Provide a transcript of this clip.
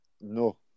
No